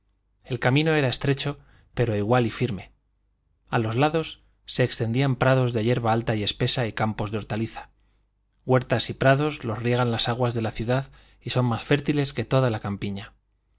el camino era estrecho pero igual y firme a los lados se extendían prados de yerba alta y espesa y campos de hortaliza huertas y prados los riegan las aguas de la ciudad y son más fértiles que toda la campiña